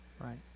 Right